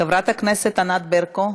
חברת הכנסת ענת ברקו.